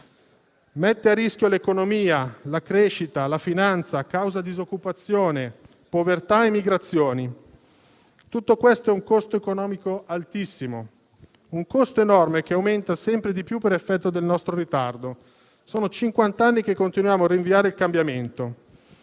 Mette a rischio l'economia, la crescita, la finanza, causa disoccupazione, povertà e migrazioni. Tutto questo è un costo economico altissimo, un costo enorme che aumenta sempre di più per effetto del nostro ritardo. Sono cinquant'anni che continuiamo a rinviare il cambiamento.